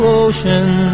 ocean